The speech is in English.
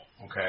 okay